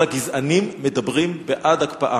כל הגזענים מדברים בעד הקפאה.